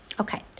Okay